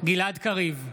גלעד קריב,